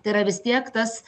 tai yra vis tiek tas